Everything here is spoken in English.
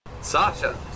Sasha